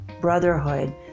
Brotherhood